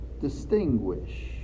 distinguish